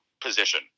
position